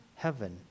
heaven